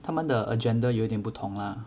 他们的 agenda 有点不同 lah